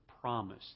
promise